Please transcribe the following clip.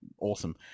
awesome